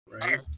Right